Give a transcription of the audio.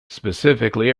specifically